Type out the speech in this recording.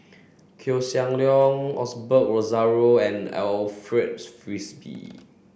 Koeh Sia Yong Osbert Rozario and Alfred Frisby